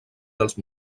dels